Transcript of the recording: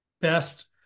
best